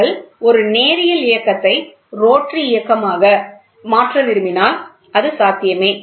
நீங்கள் ஒரு நேரியல் இயக்கத்தை ரோட்டரி சுற்றும் இயக்கமாக மாற்ற விரும்பினால் அது சாத்தியமே